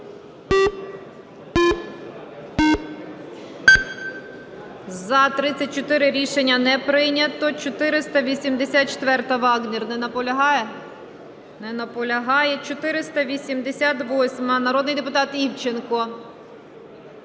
За-34 Рішення не прийнято. 484-а, Вагнєр. Не наполягає? Не наполягає. 488-а, народний депутат Івченко.